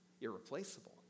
Irreplaceable